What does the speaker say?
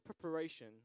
preparation